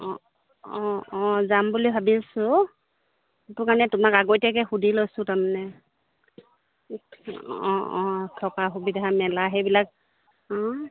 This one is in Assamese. অঁ অঁ অঁ যাম বুলি ভাবিছোঁ সেইটো কাৰণে তোমাক আগতীয়াকৈ সুধি লৈছোঁ তাৰমানে অঁ অঁ থকা সুবিধা মেলা সেইবিলাক অঁ